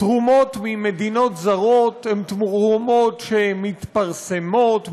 תרומות ממדינות זרות הן תרומות שמתפרסמות,